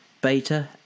beta